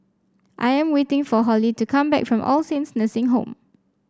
I am waiting for Hollie to come back from All Saints Nursing Home